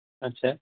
अच्छा